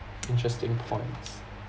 interesting points